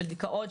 של דיכאון,